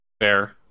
fair